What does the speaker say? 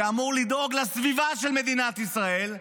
שאמור לדאוג לסביבה של מדינת ישראל,